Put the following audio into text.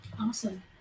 Awesome